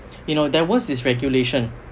you know there was this regulation